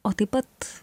o taip pat